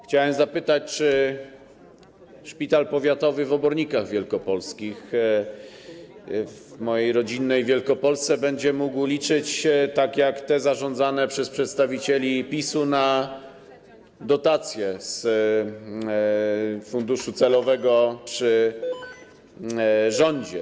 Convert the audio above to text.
Chcę zapytać, czy szpital powiatowy w Obornikach Wielkopolskich, w mojej rodzinnej Wielkopolsce, będzie mógł liczyć, tak jak te zarządzane przez przedstawicieli PiS-u, na dotacje z funduszu celowego przy rządzie?